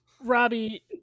Robbie